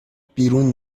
بیرون